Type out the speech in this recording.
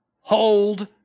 Hold